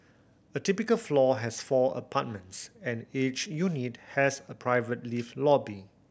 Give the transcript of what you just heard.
a typical floor has four apartments and each unit has a private lift lobby